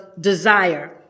desire